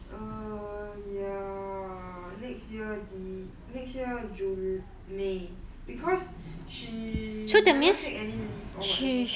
err ya so next year the next year june may because she never take any leave or whatever